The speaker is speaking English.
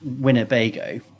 Winnebago